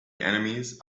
enemies